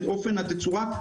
את אופן התצורה,